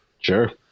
Sure